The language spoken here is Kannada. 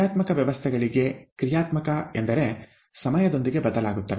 ಕ್ರಿಯಾತ್ಮಕ ವ್ಯವಸ್ಥೆಗಳಿಗೆ ಕ್ರಿಯಾತ್ಮಕ ಎಂದರೆ ಸಮಯದೊಂದಿಗೆ ಬದಲಾಗುತ್ತವೆ